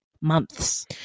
Months